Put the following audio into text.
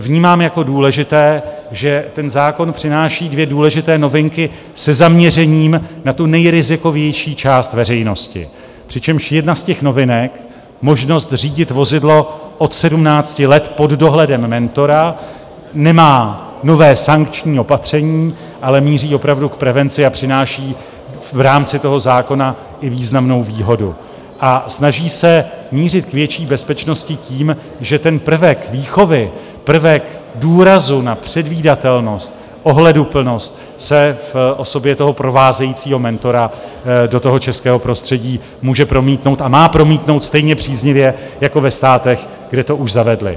Vnímám jako důležité, že zákon přináší dvě důležité novinky se zaměřením na tu nejrizikovější část veřejnosti, přičemž jedna z těch novinek, možnost řídit vozidlo od 17 let pod dohledem mentora, nemá nové sankční opatření, ale míří opravdu k prevenci a přináší v rámci zákona i významnou výhodu a snaží se mířit k větší bezpečnosti tím, že ten prvek výchovy, prvek důrazu na předvídatelnost, ohleduplnost se v osobě provázejícího mentora do toho českého prostředí může promítnout a má promítnout stejně příznivě jako ve státech, kde to už zavedli.